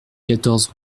quatorze